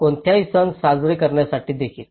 कोणत्याही सण साजरे करण्यासाठी देखील